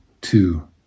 Two